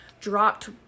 dropped